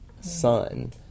son